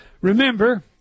Remember